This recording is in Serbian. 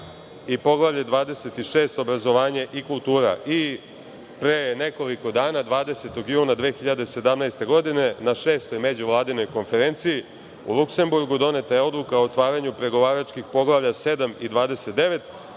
i Poglavlje 26 - obrazovanje i kultura. Pre nekoliko dana, 20. juna 2017. godine, na Šestoj međuvladinoj konferenciji u Luksemburgu doneta je Odluka o otvaranju pregovaračkih poglavlja 7. i 29.